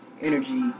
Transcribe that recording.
energy